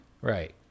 Right